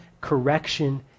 correction